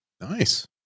nice